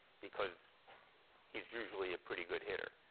because he's usually a pretty good hitter.